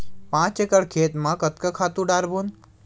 पांच एकड़ खेत म कतका खातु डारबोन?